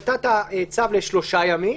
אם נתת צו לשלושה ימים,